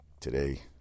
Today